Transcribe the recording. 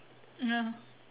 ya